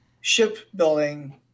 shipbuilding